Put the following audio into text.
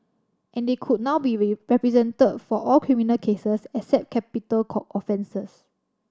and they could now be represented for all criminal cases except capital offences